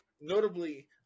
notably